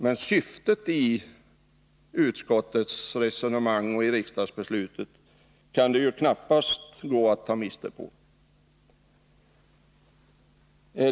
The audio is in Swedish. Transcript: Men syftet i utskottets resonemang och i riksdagsbeslutet går det knappast att ta miste på.